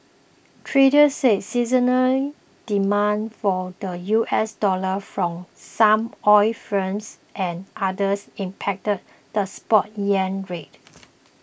traders said seasonal demand for the U S dollar from some oil firms and others impacted the spot yuan rate